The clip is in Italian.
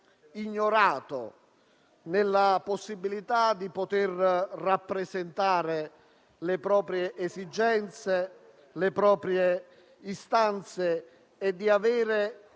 ignorato, con l'impossibilità di poter rappresentare le proprie esigenze e istanze e avere un